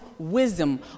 Wisdom